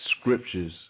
scriptures